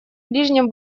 ближнем